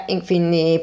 infine